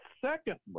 secondly